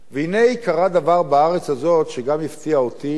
והנה קרה דבר בארץ הזאת, שגם הפתיע אותי,